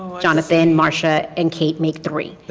jonathan, marshall, and kate make three.